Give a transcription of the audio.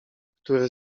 które